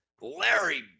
Larry